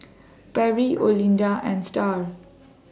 Perry Olinda and STAR